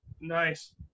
Nice